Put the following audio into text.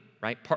right